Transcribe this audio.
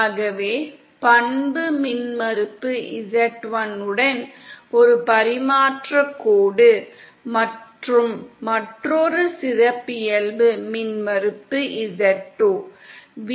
ஆகவே பண்பு மின்மறுப்பு z1 உடன் ஒரு பரிமாற்றக் கோடு மற்றும் மற்றொரு சிறப்பியல்பு மின்மறுப்பு z2